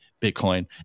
Bitcoin